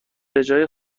بجای